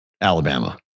Alabama